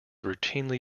routinely